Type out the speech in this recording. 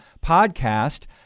podcast